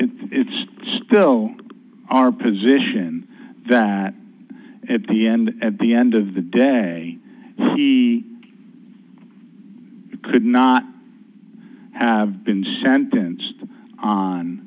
and it's still our position that at the end at the end of the day he could not have been sentenced